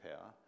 power